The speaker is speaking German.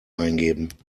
eingeben